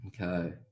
Okay